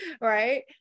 right